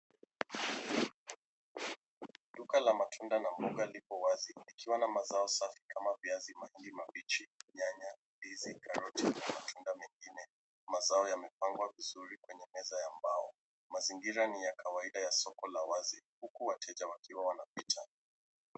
Duka la matunda na mboga liko wazi likiwa na mazao safi kama viazi matunda mabichi, nyanya, ndizi, karoti na matunda mengine. Mazao yamepangwa vizuri kwenye meza ya mbao. Mazingira ni ya kawaida ya soko la wazi huku wateja wakiwa wanapita.